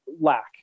lack